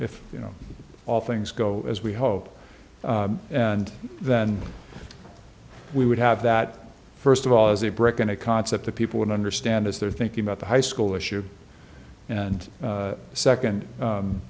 if you know all things go as we hope and then we would have that first of all as a brick and a concept that people would understand as they're thinking about the high school issue and second